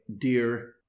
dear